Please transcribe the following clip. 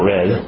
Red